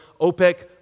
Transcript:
OPEC